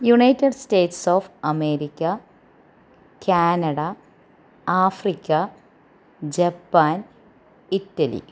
United States of America Canada Africa Japan Italy